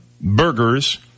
burgers